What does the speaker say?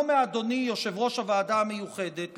לא מאדוני יושב-ראש הוועדה המיוחדת,